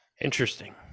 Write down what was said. Interesting